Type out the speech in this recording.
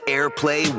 AirPlay